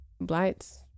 Blight's